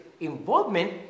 involvement